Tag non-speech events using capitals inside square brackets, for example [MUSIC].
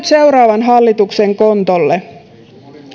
[UNINTELLIGIBLE] seuraavan hallituksen kontolle